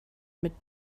mit